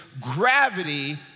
gravity